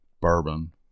bourbon